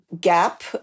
gap